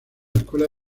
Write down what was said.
escuela